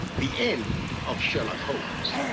the end of sherlock holmes.